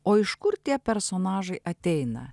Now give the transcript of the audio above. o iš kur tie personažai ateina